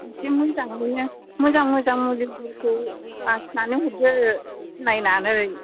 बिदि मोजाङैनो मोजां मोजां मुलिफोरखौ बासिनानै हरदो सिनायनानै